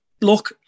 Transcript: Look